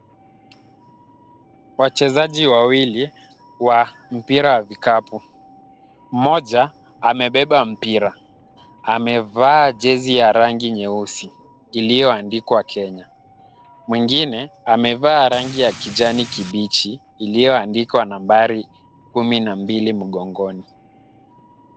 Wachezaji wawili wa mpira wa vikapu. Mmoja amebeba mpira. Amevaa jezi ya rangi nyeusi iliyoandikwa Kenya. Mwingine amevaa rangi ya kijani kibichi iliyoandikwa nambari kumi na mbili mgongoni.